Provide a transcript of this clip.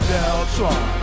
Deltron